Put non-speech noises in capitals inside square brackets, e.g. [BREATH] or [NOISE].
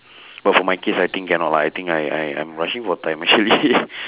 [BREATH] but for my case I think cannot lah I think I I I'm rushing for time already [LAUGHS]